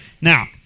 now